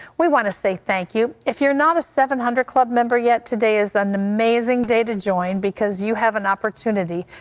we want to say thank you. if you are not a seven hundred club member yet, today is an amazing day to join, because you have an opportunity,